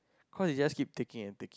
cause they just taking and take